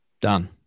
Done